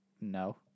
No